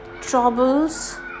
troubles